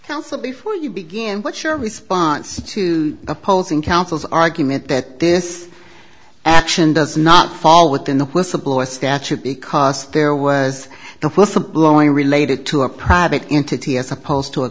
council before you begin what's your response to opposing counsel's argument that this action does not fall within the whistleblower statute because there was no whistle blowing related to a private entity as opposed to a